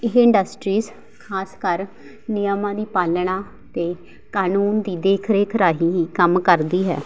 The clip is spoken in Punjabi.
ਇਹ ਇੰਡਸਟਰੀਜ਼ ਖ਼ਾਸ ਕਰ ਨਿਯਮਾਂ ਦੀ ਪਾਲਣਾ ਅਤੇ ਕਾਨੂੰਨ ਦੀ ਦੇਖ ਰੇਖ ਰਾਹੀਂ ਹੀ ਕੰਮ ਕਰਦੀ ਹੈ